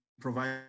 provide